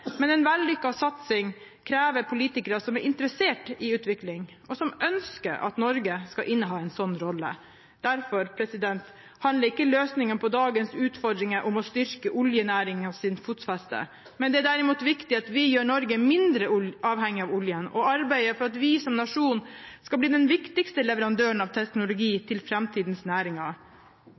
Men en vellykket satsing krever politikere som er interessert i utvikling, og som ønsker at Norge skal inneha en sånn rolle. Derfor handler ikke løsningen på dagens utfordringer om å styrke oljenæringens fotfeste. Det er derimot viktig at vi gjør Norge mindre avhengig av oljen, og arbeider for at vi som nasjon skal bli den viktigste leverandøren av teknologi til framtidens næringer.